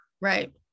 Right